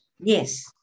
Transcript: yes